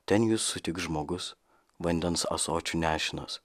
ten jus sutiks žmogus vandens ąsočiu nešinas